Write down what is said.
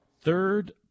Third